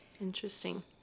interesting